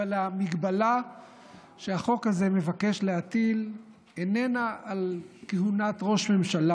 אבל המגבלה שהחוק הזה מבקש להטיל איננה על כהונת ראש ממשלה.